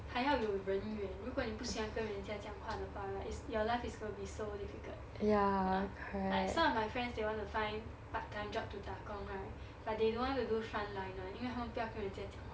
还要有人缘如果你不喜欢跟人家讲话的话 right is your life is gonna be so difficult ya like some of my friends they want to find part time job to 打工 right but they don't want to do frontline one 因为他们不要跟人家讲话